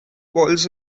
balls